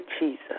Jesus